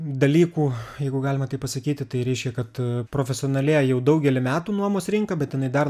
dalykų jeigu galima taip pasakyti tai reiškia kad profesionalėja jau daugelį metų nuomos rinka bet jinai dar